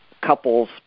couples